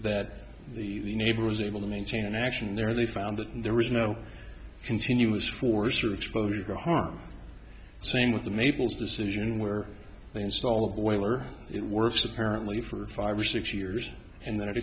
that the neighbor was able to maintain an action there they found that there was no continuous force or exposure to harm same with the maples decision where they installed way were it worse apparently for five or six years and then it